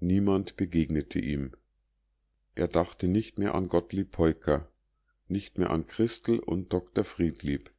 niemand begegnete ihm er dachte nicht mehr an gottlieb peuker nicht mehr an christel und dr friedlieb